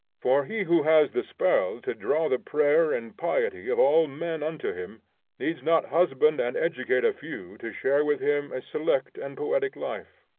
for he who has the spell to draw the prayer and piety of all men unto him needs not husband and educate a few to share with him a select and poetic life.